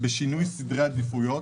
בשינוי סדרי העדיפויות